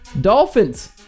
Dolphins